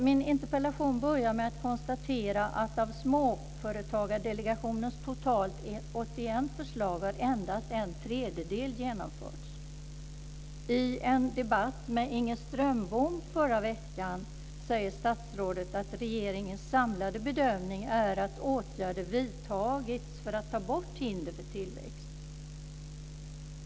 Min interpellation börjar med konstaterandet att av Småföretagsdelegationens totalt 81 förslag har endast en tredjedel genomförts. I en debatt med Inger Strömbom förra veckan sade statsrådet att regeringens samlade bedömning är att åtgärder vidtagits för att ta bort hinder för tillväxt.